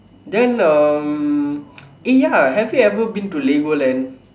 then um eh ya have you ever been to Legoland